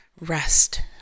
rest